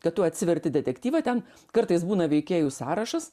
kad tu atsiverti detektyvą ten kartais būna veikėjų sąrašas